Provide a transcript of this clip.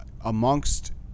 amongst